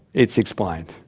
it's explained.